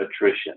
attrition